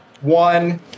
One